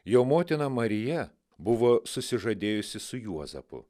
jo motina marija buvo susižadėjusi su juozapu